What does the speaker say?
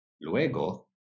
Luego